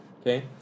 Okay